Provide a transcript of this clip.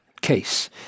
case